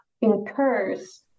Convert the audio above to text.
incurs